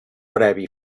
previ